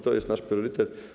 To jest nasz priorytet.